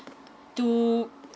do